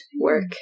work